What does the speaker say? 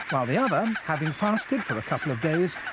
while the other, having fasted for a couple of days,